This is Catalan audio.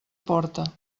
porta